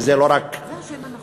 וזה לא רק לאדם,